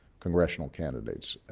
congressional candidates.